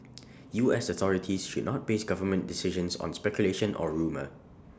U S authorities should not base government decisions on speculation or rumour